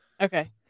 okay